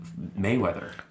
Mayweather